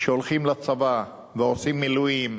שהולכים לצבא ועושים מילואים,